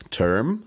term